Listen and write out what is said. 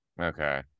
Okay